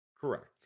Correct